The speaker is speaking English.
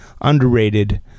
underrated